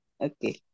okay